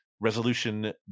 resolution